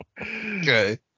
Okay